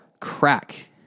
crack